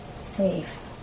safe